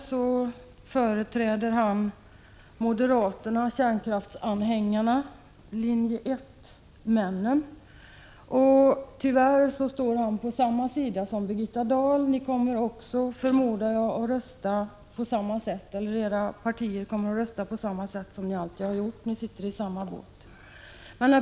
Tyvärr företräder han moderaterna, kärnkraftsanhängarna, linje 1-männen. Tyvärr står han på samma sida som Birgitta Dahl, och era partivänner kommer, förmodar jag, att rösta på samma sätt som de alltid har gjort. Ni sitter i samma båt.